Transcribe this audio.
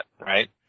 right